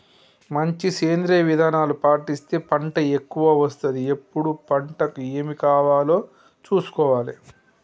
మంచి సేంద్రియ విధానాలు పాటిస్తే పంట ఎక్కవ వస్తది ఎప్పుడు పంటకు ఏమి కావాలో చూసుకోవాలే